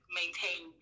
maintain